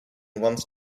once